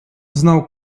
znał